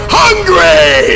hungry